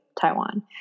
Taiwan